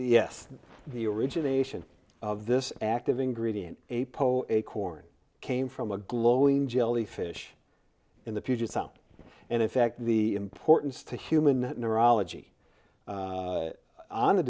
yes the origination of this active ingredient a pole acorn came from a glowing jellyfish in the puget sound and in fact the importance to human neurology